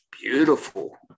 beautiful